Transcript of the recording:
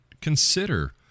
consider